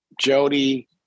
Jody